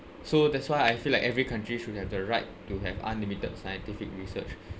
so that's why I feel like every country should have the right to have unlimited scientific research